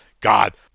god